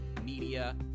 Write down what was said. media